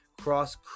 Cross